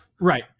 Right